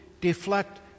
deflect